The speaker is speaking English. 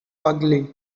ugly